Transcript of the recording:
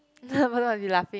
everyone will be laughing